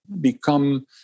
become